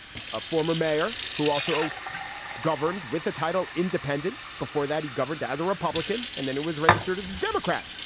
a former mayor who also governed with a title independent. before that, he governed as a republican and then it was registered as a democrat.